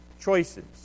choices